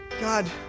God